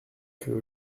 que